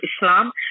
Islam